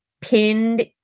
pinned